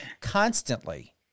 constantly